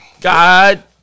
God